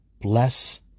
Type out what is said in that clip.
Bless